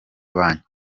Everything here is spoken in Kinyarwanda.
banki